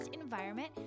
environment